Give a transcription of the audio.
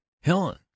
helen